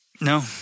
No